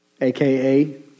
AKA